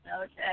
Okay